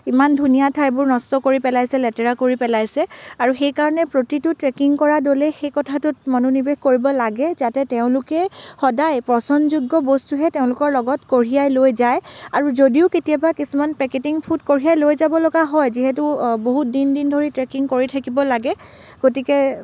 ইমান ধুনীয়া ঠাইবোৰ নষ্ট কৰি পেলাইছে লেতেৰা কৰি পেলাইছে আৰু সেইকাৰণে প্ৰতিটো ট্ৰেকিং কৰা দলে সেই কথাটোত মনোনিৱেশ কৰিব লাগে যাতে তেওঁলোকে সদায় পচনযোগ্য বস্তুহে তেওঁলোকৰ লগত কঢ়িয়াই লৈ যায় আৰু যদিও কেতিয়াবা কিছুমান পেকেটিং ফুড কঢ়িয়াই লৈ যাবলগা হয় যিহেতু বহুত দিন দিন ধৰি ট্ৰেকিং কৰি থাকিব লাগে গতিকে